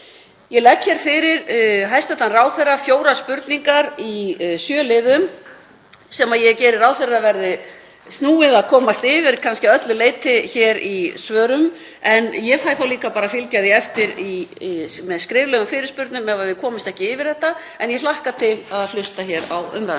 Ég legg hér fyrir hæstv. ráðherra fjórar spurningar í sjö liðum sem ég geri ráð fyrir að verði snúið að komast yfir að öllu leyti hér í svörum. Ég fæ þá líka bara að fylgja því eftir með skriflegum fyrirspurnum ef við komumst ekki yfir þetta en ég hlakka til að hlusta hér á umræðuna.